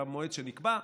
במועד שנקבע,